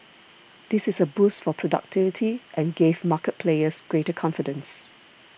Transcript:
this is a boost for productivity and gave market players greater confidence